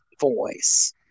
voice